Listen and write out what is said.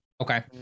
Okay